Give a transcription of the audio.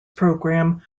program